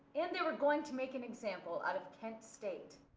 and they were going to make an example out of kent state.